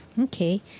Okay